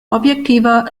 objektiver